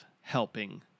helping